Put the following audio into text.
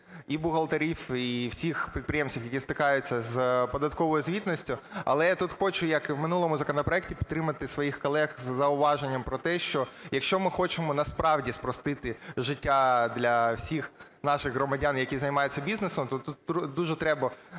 і бухгалтерів, і всіх підприємств, які стикаються з податковою звітністю. Але я тут хочу, як і в минулому законопроекті, підтримати своїх колег із зауваженням про те, що якщо ми хочемо насправді спростити життя для всіх наших громадян, які займаються бізнесом, то дуже треба